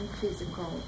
physical